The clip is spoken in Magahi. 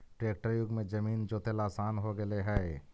ट्रेक्टर युग में जमीन जोतेला आसान हो गेले हइ